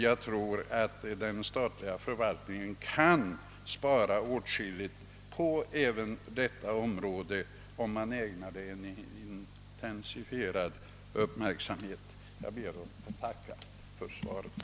Jag tror att man inom den statliga förvaltningen kan spara åtskilligt på detta område om man ägnar det en intensifierad uppmärksamhet. Jag ber än en gång att få tacka för svaret.